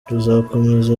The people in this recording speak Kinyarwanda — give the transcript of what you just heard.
ruzakomeza